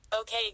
Okay